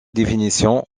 définition